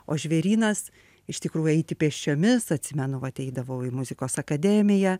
o žvėrynas iš tikrųjų eiti pėsčiomis atsimenu vat eidavau į muzikos akademiją